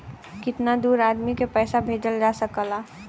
कितना दूर आदमी के पैसा भेजल जा सकला?